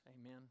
Amen